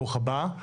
ברוך הבא,